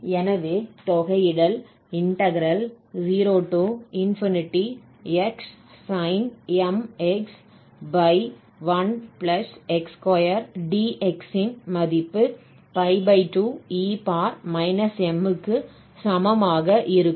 எனவே தொகையிடல் 0x sinmx1x2dx இன் மதிப்பு 2 e−m க்கு சமமாக இருக்கும்